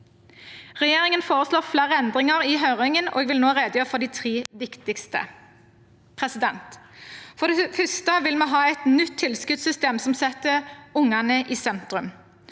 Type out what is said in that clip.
Regjeringen foreslår flere endringer i høringen, og jeg vil nå redegjøre for de tre viktigste. For det første vil vi ha et nytt tilskuddssystem som setter ungene i sentrum.